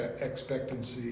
expectancy